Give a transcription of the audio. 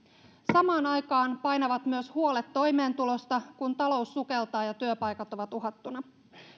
samaan aikaan painavat huolet myös toimeentulosta kun talous sukeltaa ja työpaikat ovat uhattuna